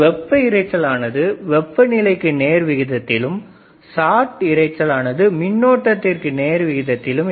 வெப்ப எரிச்சலானது வெப்ப நிலைக்கு நேர் விகிதத்திலும் ஷார்ட் இரைச்சலானது மின்னோட்டத்திற்கு நேர்விகிதத்திலும் இருக்கும்